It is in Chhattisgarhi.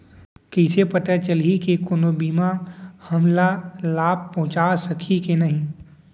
कइसे पता चलही के कोनो बीमा हमला लाभ पहूँचा सकही के नही